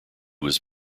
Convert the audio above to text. was